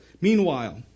Meanwhile